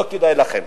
לא כדאי לכם.